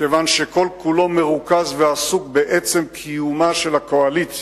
כיוון שכל כולו מרוכז ועסוק בעצם קיומה של הקואליציה,